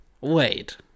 Wait